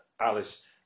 Alice